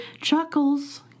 Chuckles